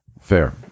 Fair